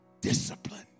discipline